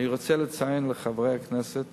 אני רוצה לציין לחברי הכנסת